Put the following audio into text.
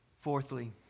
Fourthly